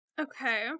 Okay